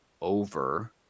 over